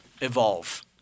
evolve